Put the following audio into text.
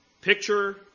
Picture